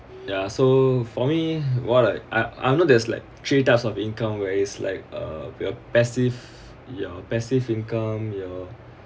ya so for me what I I I'm know there's like three type of income where is like uh your passive passive income your